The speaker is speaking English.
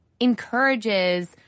encourages